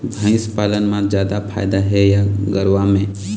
भंइस पालन म जादा फायदा हे या गरवा में?